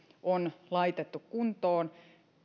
on laitettu kuntoon